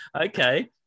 okay